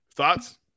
Thoughts